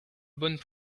bonne